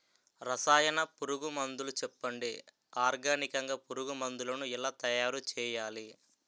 రసాయన పురుగు మందులు చెప్పండి? ఆర్గనికంగ పురుగు మందులను ఎలా తయారు చేయాలి?